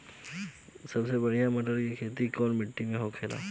सबसे बढ़ियां मटर की खेती कवन मिट्टी में होखेला?